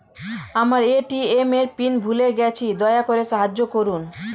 আমার এ.টি.এম এর পিন ভুলে গেছি, দয়া করে সাহায্য করুন